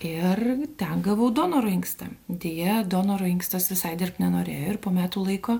ir ten gavau donoro inkstą deja donoro inkstas visai dirbt nenorėjo ir po metų laiko